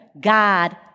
God